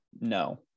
No